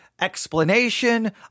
explanation